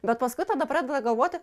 bet paskui tada pradeda galvoti